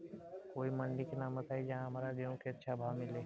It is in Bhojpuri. कोई मंडी के नाम बताई जहां हमरा गेहूं के अच्छा भाव मिले?